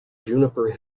juniper